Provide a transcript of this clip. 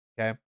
Okay